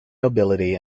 nobility